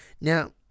Now